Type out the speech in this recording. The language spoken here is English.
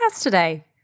today